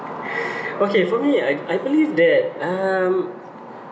okay for me I I believe that um